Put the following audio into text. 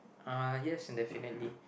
uh yes definitely